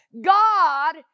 God